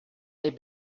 they